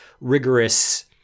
rigorous